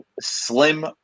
slim